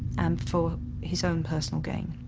and for his own personal gain.